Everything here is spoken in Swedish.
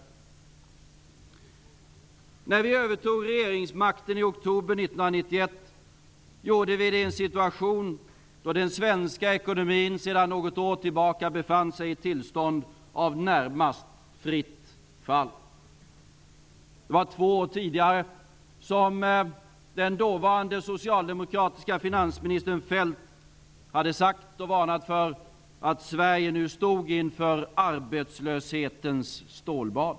När vi övertog regeringsmakten i oktober 1991 gjorde vi det i en situation då den svenska ekonomin sedan något år tillbaka befann sig i ett tillstånd av närmast fritt fall. Det var två år tidigare som den dåvarande socialdemokratiske finansministern Feldt hade varnat för att Sverige nu stod inför arbetslöshetens stålbad.